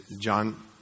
John